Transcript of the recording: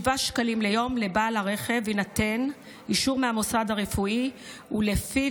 7 שקלים ליום אם לבעל הרכב יינתן אישור מהמוסד הרפואי שלפיו